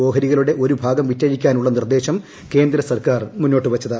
ഓഹരികളുടെ ഒരു ഭാഗം വിറ്റഴിക്കാനുള്ള നിർദ്ദേശം കേന്ദ്ര സർക്കാർ മുന്നോട്ടുവച്ചത്